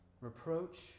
reproach